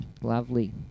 Lovely